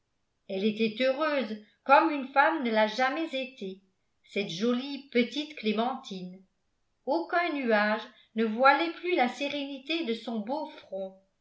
elle était heureuse comme une femme ne l'a jamais été cette jolie petite clémentine aucun nuage ne voilait plus la sérénité de son beau front